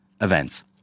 events